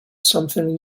something